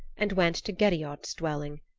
and went to gerriod's dwelling.